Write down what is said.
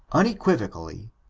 unequivocally,